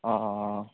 অঁ